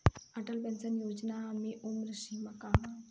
Atal pension Yojana मे उम्र सीमा का बा?